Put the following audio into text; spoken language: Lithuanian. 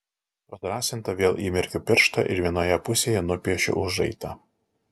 padrąsinta vėl įmerkiu pirštą ir vienoje pusėje nupiešiu užraitą